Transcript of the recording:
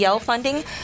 funding